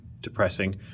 depressing